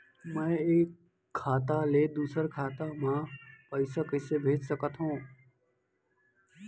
मैं एक खाता ले दूसर खाता मा पइसा कइसे भेज सकत हओं?